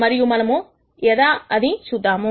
మరియు మనము ఎలా అని చూద్దాము